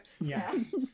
Yes